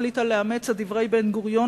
החליטה לאמץ את דברי בן-גוריון,